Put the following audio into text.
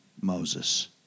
Moses